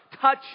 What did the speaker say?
Touch